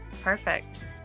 Perfect